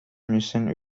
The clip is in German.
müssen